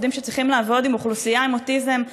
עובדים שצריכים לעבוד עם אוכלוסייה עם אוטיזם,